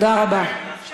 שילך.